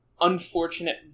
unfortunate